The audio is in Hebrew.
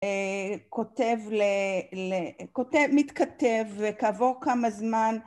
כותב ל.. כותב... מתכתב וכעבור כמה זמן